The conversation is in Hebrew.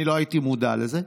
אני לא הייתי מודע לזה.